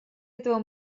этого